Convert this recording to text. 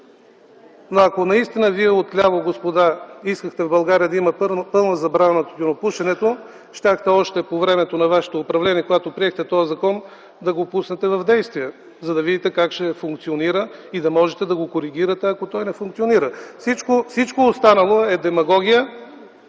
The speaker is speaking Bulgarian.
се. Ако наистина вие отляво, господа, искате да има пълна забрана на тютюнопушенето щяхте още по времето на вашето управление, когато приехте този закон да го пуснете в действие, за да видите как ще функционира и да можете да го коригирате, ако това не функционира. Всичко останало е демагогия